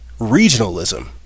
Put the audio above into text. regionalism